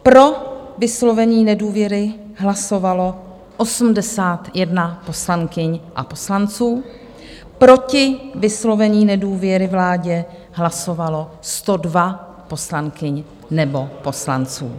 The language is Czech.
Pro vyslovení nedůvěry hlasovalo 81 poslankyň a poslanců, proti vyslovení nedůvěry vládě hlasovalo 102 poslankyň nebo poslanců.